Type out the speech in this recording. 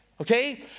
Okay